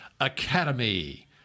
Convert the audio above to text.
academy